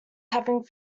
having